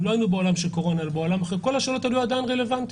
אם לא היינו בעולם של קורונה כל השאלות האלה היו עדיין רלוונטיות.